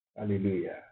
Hallelujah